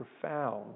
profound